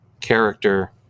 character